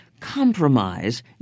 compromise